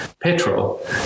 petrol